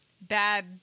bad